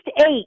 eight